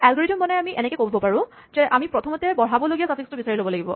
algorithm বনাই আমি এনেকে কৰিব পাৰোঁ আমি প্ৰথমতে বঢ়াব লগীয়া চাফিক্সটো বিচাৰি ল'ব লাগিব